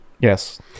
Yes